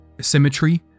symmetry